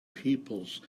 peoples